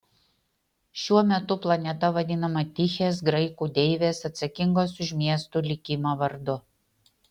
šiuo metu planeta vadinama tichės graikų deivės atsakingos už miestų likimą vardu